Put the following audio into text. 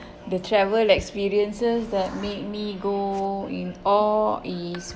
the travel experiences that made me go in awe is